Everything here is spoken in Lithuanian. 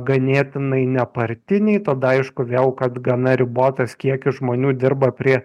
ganėtinai nepartiniai tada aišku vėl kad gana ribotas kiekis žmonių dirba prie